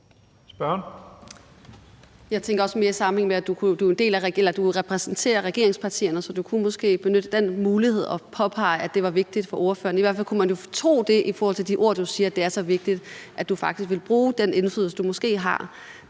Jeg tænker også mere på det, i sammenhæng med at du repræsenterer regeringspartierne, så du kunne måske benytte den mulighed til at påpege, at det var vigtigt for dig. I hvert fald kunne man jo tro det i forhold til de ord, du siger, nemlig at det er så vigtigt, at du faktisk vil bruge den indflydelse, du måske har,